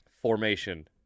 formation